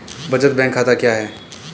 बचत बैंक खाता क्या है?